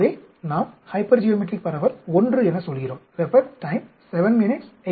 எனவே நாம் ஹைப்பெர்ஜியோமெட்ரிக் பரவல் I என சொல்கிறோம் d I s